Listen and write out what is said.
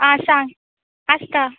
आं सांग आस्ता